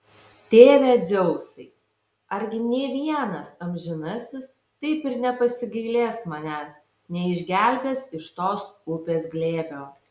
tėve dzeusai argi nė vienas amžinasis taip ir nepasigailės manęs neišgelbės iš tos upės glėbio